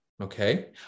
Okay